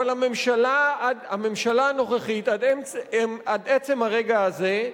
אבל הממשלה הנוכחית, עד עצם הרגע הזה,